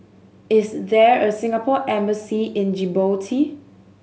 is there a Singapore Embassy in Djibouti